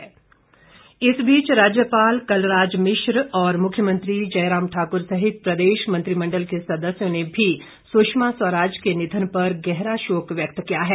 शोक इस बीच राज्यपाल कलराज मिश्र और मुख्यमंत्री जयराम ठाकुर सहित प्रदेश मंत्रिमंडल के सदस्यों ने भी सुषमा स्वराज के निधन पर गहरा शोक व्यक्त किया है